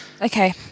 Okay